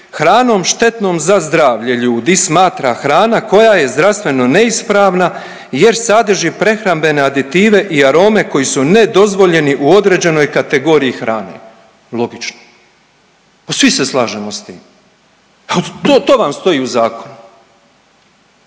hranom štetnom za zdravlje ljudi smatra hrana koja je zdravstveno neispravna jer sadrži prehrambene aditive i arome koji su nedozvoljeni u određenoj kategoriji hrane. Logično. Svi se slažemo sa tim, to vam stoji u zakonu,